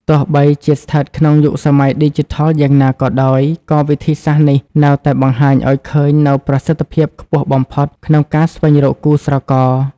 ទោះបីជាស្ថិតក្នុងយុគសម័យឌីជីថលយ៉ាងណាក៏ដោយ ក៏វិធីសាស្រ្តនេះនៅតែបង្ហាញឱ្យឃើញនូវប្រសិទ្ធភាពខ្ពស់បំផុតក្នុងការស្វែងរកគូស្រករ។